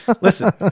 Listen